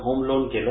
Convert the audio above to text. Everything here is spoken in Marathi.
होम लोन केलं